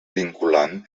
vinculant